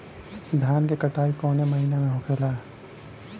धान क कटाई कवने महीना में होखेला?